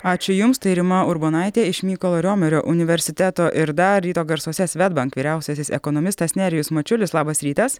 ačiū jums tai rima urbonaitė iš mykolo riomerio universiteto ir dar ryto garsuose svedbank vyriausiasis ekonomistas nerijus mačiulis labas rytas